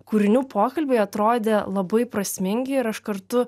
kūrinių pokalbiai atrodė labai prasmingi ir aš kartu